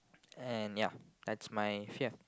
and ya that's my fear